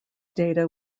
data